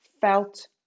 felt